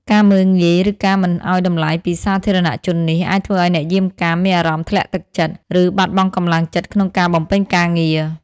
ការមើលងាយ ឬការមិនឲ្យតម្លៃពីសាធារណជននេះ អាចធ្វើឲ្យអ្នកយាមកាមមានអារម្មណ៍ធ្លាក់ទឹកចិត្ត ឬបាត់បង់កម្លាំងចិត្តក្នុងការបំពេញការងារ។